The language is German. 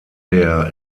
der